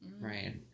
Right